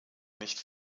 nicht